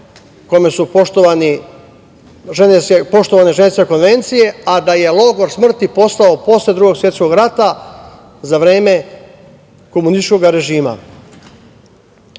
kome su poštovane Ženevske konvencije, a da je logor smrti postao posle Drugog svetskog rata za vreme komunističkog režima. Dakle,